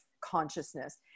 consciousness